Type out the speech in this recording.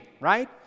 right